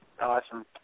Awesome